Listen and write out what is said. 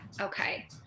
okay